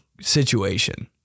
situation